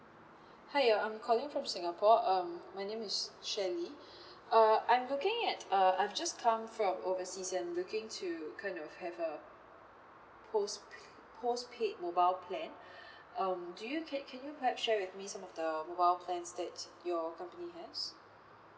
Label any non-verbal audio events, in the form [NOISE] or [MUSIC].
hi uh I'm calling from singapore um my name is shirley uh I'm looking at uh I've just come from overseas and looking to kind of have a postp~ postpaid mobile plan [BREATH] um do you can can you perhaps share with me some of the mobile plans that your company has